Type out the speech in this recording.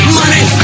money